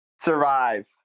survive